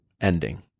ending